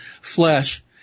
flesh